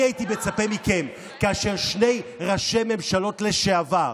כאשר שני ראשי ממשלות לשעבר,